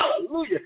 hallelujah